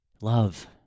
Love